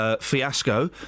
Fiasco